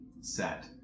set